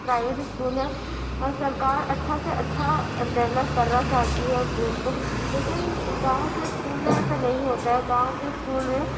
private school ہے اور سرکار اچھا سے اچھا ڈیولپ کرنا چاہتی ہے اسکول کو لیکن گاؤں کے اسکول میں ایسا نہیں ہوتا ہے گاؤں کے اسکول میں